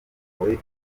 bawe